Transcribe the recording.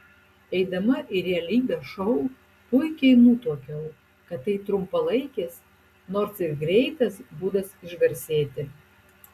eidama į realybės šou puikiai nutuokiau kad tai trumpalaikis nors ir greitas būdas išgarsėti